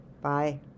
Bye